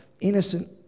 innocent